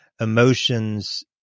emotions